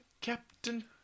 captain